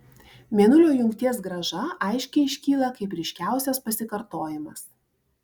mėnulio jungties grąža aiškiai iškyla kaip ryškiausias pasikartojimas